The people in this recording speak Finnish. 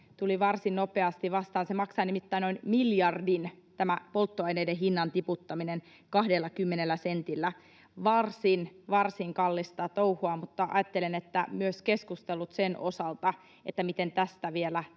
tuli varsin nopeasti vastaan. Se maksaa nimittäin noin miljardin, tämä polttoaineiden hinnan tiputtaminen 20 sentillä. Varsin, varsin kallista touhua, mutta ajattelen, että myös keskustelut sen osalta, miten tästä vielä